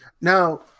Now